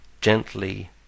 gently